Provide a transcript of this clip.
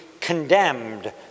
condemned